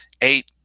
eight